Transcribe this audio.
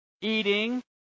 eating